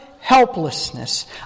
helplessness